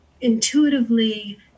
intuitively